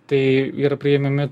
tai yra priėmimi